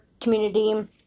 community